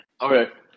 Okay